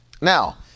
Now